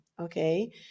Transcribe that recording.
okay